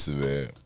man